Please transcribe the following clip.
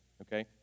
okay